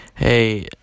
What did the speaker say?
Hey